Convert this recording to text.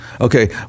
Okay